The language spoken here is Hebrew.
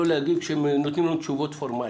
להגיב כשנותנים לנו תשובות פורמליות.